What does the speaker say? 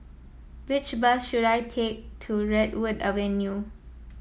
which bus should I take to Redwood Avenue